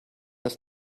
das